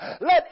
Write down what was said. Let